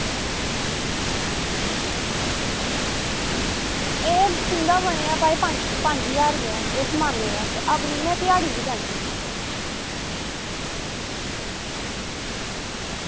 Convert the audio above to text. एह् तुंदा बनेआ भई पंज ज्हार रपेआ ते समानै दा ते अपनी में ध्याड़ी बी लैनी